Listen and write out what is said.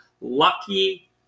Lucky